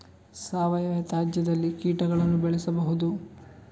ಸಾವಯವ ತ್ಯಾಜ್ಯದಲ್ಲಿ ಕೀಟಗಳನ್ನು ಬೆಳೆಸಬಹುದು